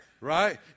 Right